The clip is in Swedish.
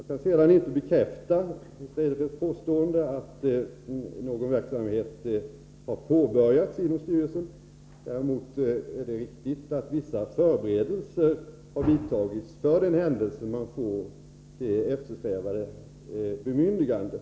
Jag kan inte bekräfta Christer Eirefelts påstående att en verksamhet har påbörjats inom styrelsen. Däremot är det riktigt att vissa förberedelser har vidtagits, för den händelse styrelsen får det eftersträvade bemyndigandet.